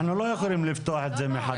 אנחנו לא יכולים לפתוח את זה מחדש.